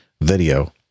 video